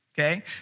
Okay